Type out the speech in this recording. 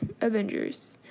avengers